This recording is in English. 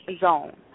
zone